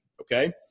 okay